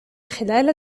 خلال